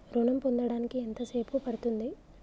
ఋణం పొందడానికి ఎంత సేపు పడ్తుంది?